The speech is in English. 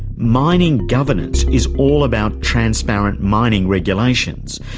mining governance is all about transparent mining regulations,